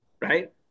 right